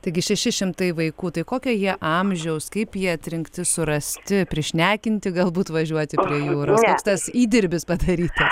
taigi šeši šimtai vaikų tai kokio jie amžiaus kaip jie atrinkti surasti prišnekinti galbūt važiuoti prie jūros koks tas įdirbis padarytas